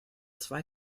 zwei